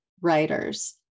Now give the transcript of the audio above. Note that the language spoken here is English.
writers